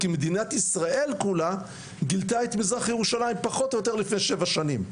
כי מדינת ישראל כולה גילתה את מזרח ירושלים פחות או יותר לפני שבע שנים.